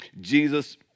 Jesus